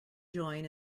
join